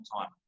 time